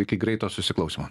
iki greito susiklausymo